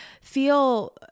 feel